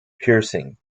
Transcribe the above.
piercing